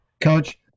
Coach